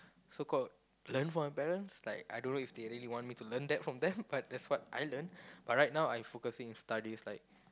so called learn from my parents like I don't know if they really want me to learn that from them but that's what I learn but right now I focusing on studies like